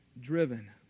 driven